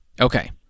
Okay